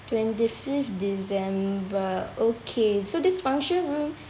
twenty fifth december okay so this function room